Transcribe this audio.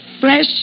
fresh